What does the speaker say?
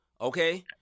okay